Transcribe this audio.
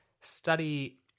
study